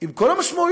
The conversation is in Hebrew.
עם כל המשמעויות.